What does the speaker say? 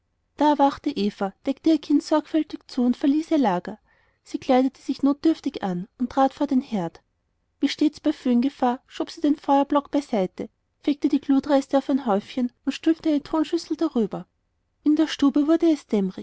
da erwachte eva deckte ihr kind sorgfältig zu und verließ ihr lager sie kleidete sich notdürftig an und trat vor den herd wie stets bei föhngefahr schob sie den feuerbock beiseite fegte die glutreste auf ein häufchen und stülpte eine tonschüssel darüber in der stube wurde es